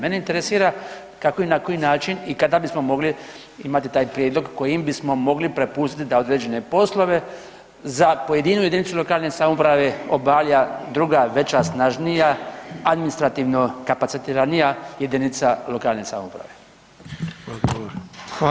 Mene interesira kako i na koji način i kada bismo mogli imati taj prijedlog kojim bismo mogli prepustiti da određene poslove za pojedinu jedinicu lokalne samouprave obavlja druga, veća, snažnija administrativno kapacitiranija jedinica lokalne samouprave.